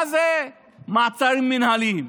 מה זה מעצרים מינהליים?